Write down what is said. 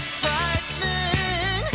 frightening